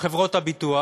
חברות הביטוח,